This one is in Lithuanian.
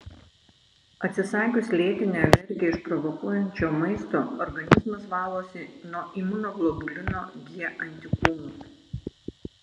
atsisakius lėtinę alergiją išprovokuojančio maisto organizmas valosi nuo imunoglobulino g antikūnų